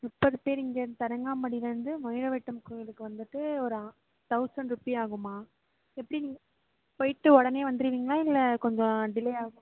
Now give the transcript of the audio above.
முப்பது பேர் இங்கேந் தரங்காம்பாடிலந்து பைரவர் டெம்பிள் கோயிலுக்கு வந்துவிட்டு ஒரு ஆ தௌசண்ட் ருப்பீ ஆகும்மா எப்படி நீங்கள் போய்விட்டு உடனே வந்துருவிங்ளா இல்லை கொஞ்சம் டிலே ஆகும்